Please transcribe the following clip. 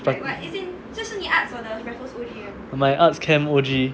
my arts camp O_G